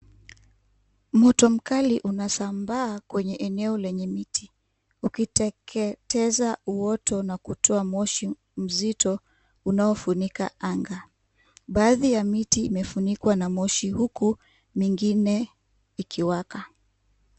Moto mkali unasambaa kwenye eneo lenye miti, ukiteketeza uoto na kutoa moshi mzito, unao funika anga, baadhi ya miti imefunikwa na moshi, huku, mingine, ikiwaka.